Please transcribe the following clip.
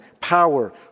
power